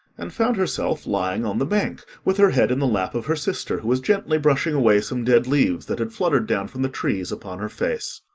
and found herself lying on the bank, with her head in the lap of her sister, who was gently brushing away some dead leaves that had fluttered down from the trees upon her face.